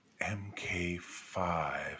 MK5